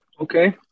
Okay